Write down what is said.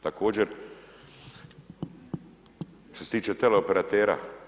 Također, što se tiče teleoperatera.